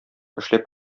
эшләп